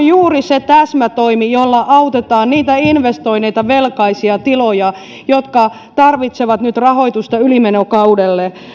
juuri se täsmätoimi jolla autetaan niitä investoineita velkaisia tiloja jotka tarvitsevat nyt rahoitusta ylimenokaudelle